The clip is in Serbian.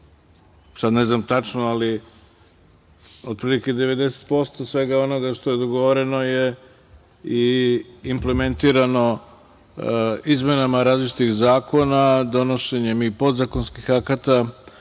sada ne znam tačno, ali otprilike 90% svega onoga što je dogovoreno je i implementirano izmenama različitih zakona, donošenjem i podzakonskih akata